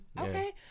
Okay